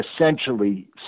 essentially